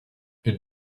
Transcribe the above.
ihr